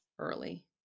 Early